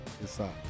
inside